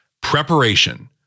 Preparation